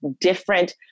different